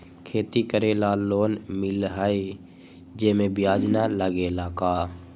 खेती करे ला लोन मिलहई जे में ब्याज न लगेला का?